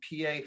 PA